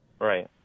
Right